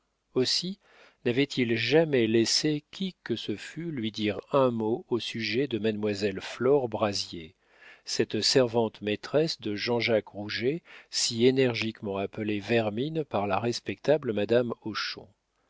aussi n'avait-il jamais laissé qui que ce fût lui dire un mot au sujet de mademoiselle flore brazier cette servante maîtresse de jean-jacques rouget si énergiquement appelée vermine par la respectable madame hochon